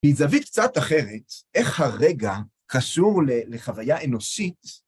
היא זווית קצת אחרת, איך הרגע קשור לחוויה אנושית.